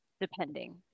depending